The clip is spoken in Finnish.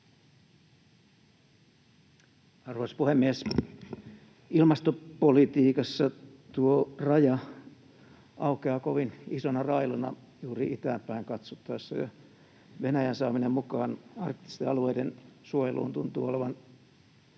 Arvoisa puhemies! Ilmastopolitiikassa tuo raja aukeaa kovin isona railona juuri itään päin katsottaessa, ja Venäjän saaminen mukaan arktisten alueiden suojeluun tuntuu